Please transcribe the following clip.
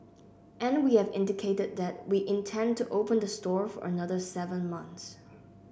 and we have indicated that we intend to open the store for another seven months